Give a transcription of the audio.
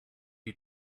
you